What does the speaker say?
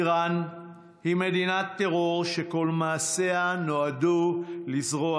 איראן היא מדינת טרור שכל מעשיה נועדו לזרוע